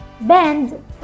bend